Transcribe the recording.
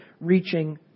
reaching